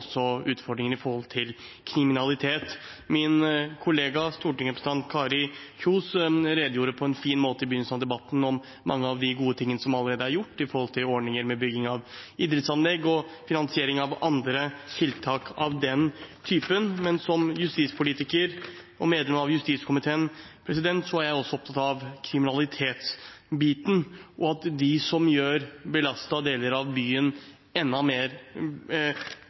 kriminalitet. Min kollega, stortingsrepresentant Kari Kjønaas Kjos, redegjorde på en fin måte i begynnelsen av debatten for mange av de gode tingene som allerede er gjort – ordninger for bygging av idrettsanlegg og finansiering av andre tiltak av den typen. Men som justispolitiker og medlem av justiskomiteen er jeg også opptatt av kriminalitetsbiten, og av at det å gjøre belastede deler av byen enda mer